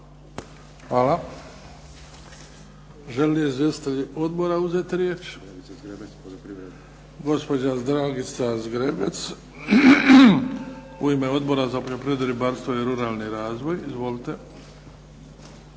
Hvala. Žele li izvjestitelji odbora uzeti riječ? Gospođa Dragica Zgrebec, u ime Odbora za poljoprivredu, ribarstvo i ruralni razvoj. Izvolite.